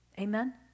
Amen